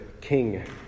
King